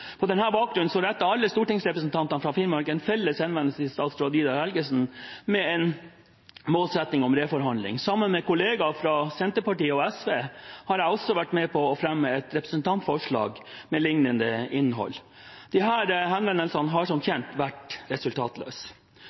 På denne bakgrunn rettet alle stortingsrepresentantene fra Finnmark en felles henvendelse til statsråd Vidar Helgesen, med en målsetting om reforhandling. Sammen med kolleger fra Senterpartiet og SV har jeg også vært med på å fremme et representantforslag med lignende innhold. Disse henvendelsene har som kjent vært resultatløse.